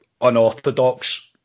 unorthodox